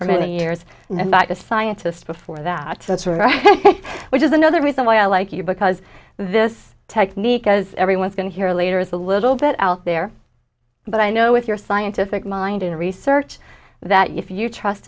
for many years and not a scientist before that that's right which is another reason why i like you because this technique was everyone's going to hear later is a little bit out there but i know with your scientific mind and research that you if you trust